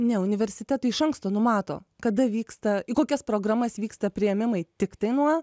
ne universitetai iš anksto numato kada vyksta į kokias programas vyksta priėmimai tiktai nuo